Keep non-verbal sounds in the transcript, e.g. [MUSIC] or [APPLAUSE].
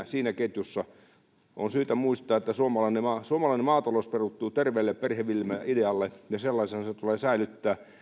[UNINTELLIGIBLE] siinä ketjussa pellolta pöytään on syytä muistaa että suomalainen maatalous perustuu terveelle perheviljelmäidealle ja sellaisena se tulee säilyttää